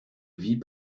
vie